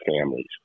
families